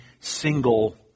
single